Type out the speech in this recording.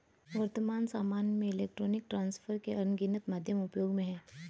वर्त्तमान सामय में इलेक्ट्रॉनिक ट्रांसफर के अनगिनत माध्यम उपयोग में हैं